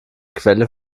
quelle